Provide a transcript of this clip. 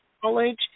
college